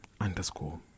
underscore